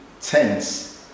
tense